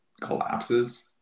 collapses